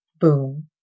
Boom